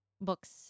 books